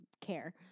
care